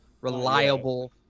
reliable